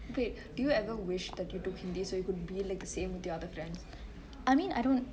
okay do you ever wish that you took hindi so you could be like the same with your other friends